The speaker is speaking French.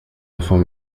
enfant